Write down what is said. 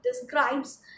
describes